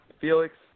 Felix